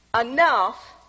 enough